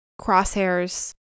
Crosshair's